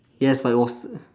yes but it was